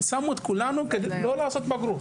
שמו את כולנו לא לעשות בגרות.